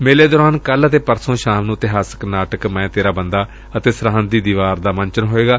ਮੇਲੇ ਦੌਰਾਨ ਕੱਲ੍ ਅਤੇ ਪਰਸੋਂ ਸ਼ਾਮ ਨੂੰ ਇਤਿਹਾਸਕ ਨਾਟਕ ਮੈਂ ਤੇਰਾ ਬੰਦਾ ਅਤੇ ਸਰਹੰਦ ਦੀ ਦੀਵਾਰ ਦਾ ਮੰਚਣ ਹੋਵੇਗਾ